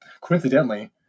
coincidentally